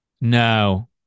No